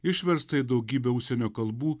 išverstą į daugybę užsienio kalbų